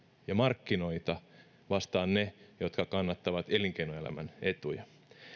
ja markkinoita vastaan ne jotka kannattavat elinkeinoelämän etuja